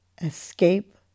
escape